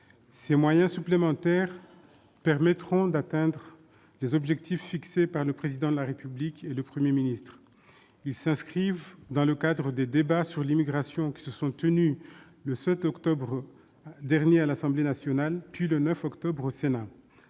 Ces moyens supplémentaires permettront d'atteindre les objectifs fixés par le Président de la République et le Premier ministre. Ils s'inscrivent dans le cadre des débats sur l'immigration qui se sont tenus le 7 octobre dernier à l'Assemblée nationale, puis le 9 octobre au Sénat